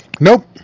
Nope